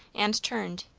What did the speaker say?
and turned,